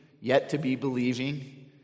yet-to-be-believing